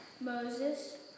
Moses